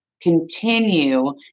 continue